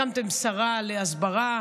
הקמתם שרה להסברה,